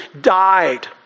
died